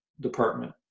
department